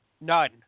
None